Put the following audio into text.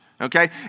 okay